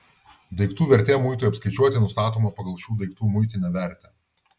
daiktų vertė muitui apskaičiuoti nustatoma pagal šių daiktų muitinę vertę